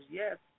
yes